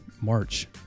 march